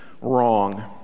wrong